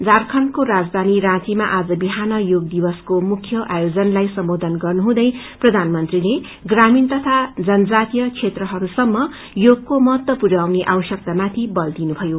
झारखण्डको राजधानी राँचीमा आज बिहान योग दिवसको मुख्य आयोजनलाई सम्बोधित गर्नुहुँदै प्रधानमंत्रीले प्रामीण तथा जनजातीय क्षेत्रहरूसम् योगको महत्स पुर्याउने आवश्यकतामााीी बल दिनुभयो